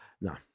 No